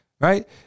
Right